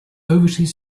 overseas